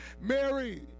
Mary